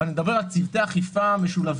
אבל אני מדבר על צוותי אכיפה משולבים,